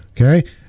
Okay